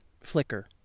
Flicker